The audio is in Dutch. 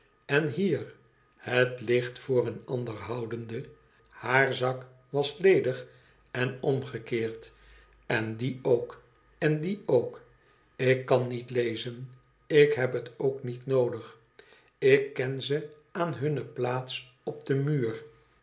en hier hetucht voor een ander houdende shaar zak was ledig en omgekeerd en die ook en die ook ik kan niet lezen ik heb het ook niet noodig ik ken ze aan hunne plaats op den muur